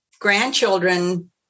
grandchildren